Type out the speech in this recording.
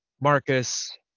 Marcus